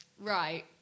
right